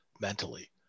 mentally